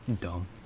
Dumb